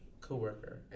coworker